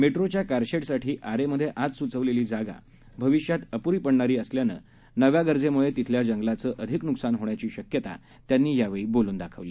मेट्रोच्याकारशेडसाठीआरेमधेआजसुचवलेलीजागाभविष्यातअपूरीपडणारीअसल्यानं नव्यागरजेमुळेतिथल्याजंगलाचंअधिकनुकसानहोण्याचीशक्यतात्यांनीबोलूनदाखवली